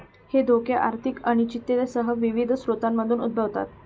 हे धोके आर्थिक अनिश्चिततेसह विविध स्रोतांमधून उद्भवतात